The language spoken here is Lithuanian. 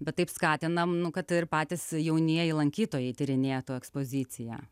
bet taip skatinam nu kad ir patys jaunieji lankytojai tyrinėtų ekspoziciją